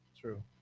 True